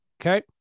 Okay